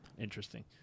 interesting